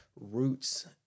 roots